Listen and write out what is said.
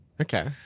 Okay